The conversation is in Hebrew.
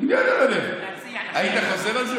יד הלב, היית חוזר על זה?